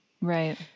Right